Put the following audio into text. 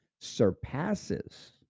surpasses